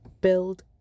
build